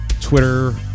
Twitter